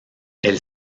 elle